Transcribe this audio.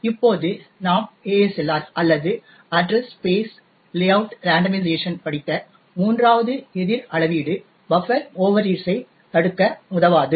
இப்போது நாம் ASLR அல்லது அட்ரஸ் ஸ்பேஸ் லேஅவுட் ரெண்டோமைசேஷன் படித்த மூன்றாவது எதிர் அளவீடு பஃப்பர் ஓவர்ரீட்ஸ் ஐ தடுக்க உதவாது